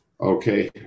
Okay